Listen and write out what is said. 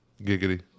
giggity